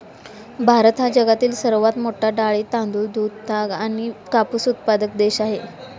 भारत हा जगातील सर्वात मोठा डाळी, तांदूळ, दूध, ताग आणि कापूस उत्पादक देश आहे